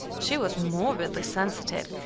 she was morbidly sensitive,